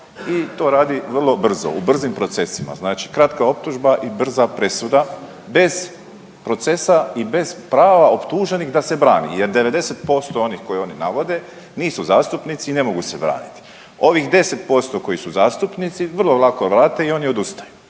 i to radi vrlo brzo u brzim procesima. Znači kratka optužba i brza presuda, bez procesa i bez prava optuženih da se brani. Jer 90% onih koji oni navode, nisu zastupnici i ne mogu se braniti. Ovih 10% koji su zastupnici, vrlo lako vrate i oni odustaju.